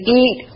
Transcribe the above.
eat